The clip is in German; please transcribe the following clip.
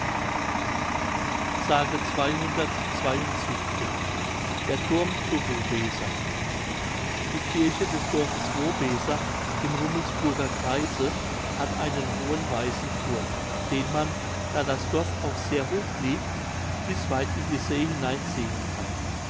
der thurm zu wobeser die kirche des dorfes wobeser im rummelsburger kreise hat einen hohen weißen thurm den man da das dorf auch sehr hoch liegt bis weit in die see hinein sehen kann